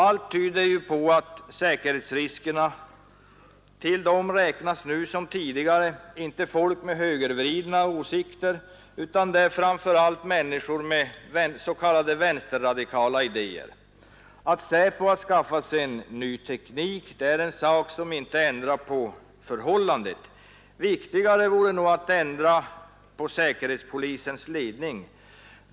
Allt tyder på att till säkerhetsriskerna räknas — nu som tidigare — inte folk med högervridna åsikter utan framför allt människor med s.k. vänsterradikala idéer. Att SÄPO har skaffat sig en ny teknik är en sak som inte ändrar på detta förhållande. Viktigare vore att ändra på säkerhetspolisens ledning.